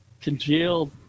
congealed